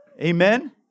Amen